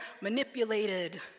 manipulated